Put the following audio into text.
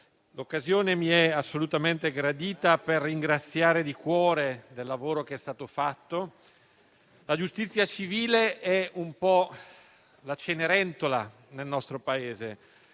l'occasione mi è assolutamente gradita per ringraziare di cuore del lavoro che è stato fatto. La giustizia civile è un po' la cenerentola nel nostro Paese,